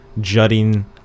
jutting